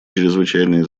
чрезвычайное